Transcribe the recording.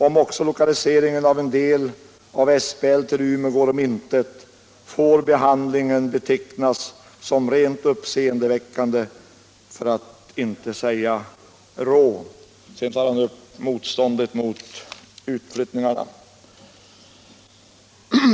Om också lokaliseringen av en del av SBL till Umeå går om intet får behandlingen betecknas som rent uppseendeväckande för att inte säga rå.” Sedan tar han upp motståndet mot utflyttningarna.